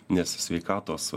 nes sveikatos